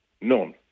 None